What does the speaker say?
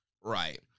right